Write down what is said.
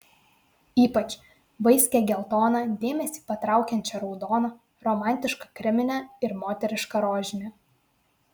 ypač vaiskią geltoną dėmesį patraukiančią raudoną romantišką kreminę ir moterišką rožinę